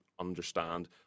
understand